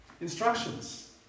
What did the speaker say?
instructions